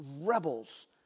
rebels